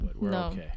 No